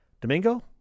Domingo